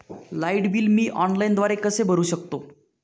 Light bill मी ऑनलाईनद्वारे कसे भरु शकतो?